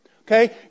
okay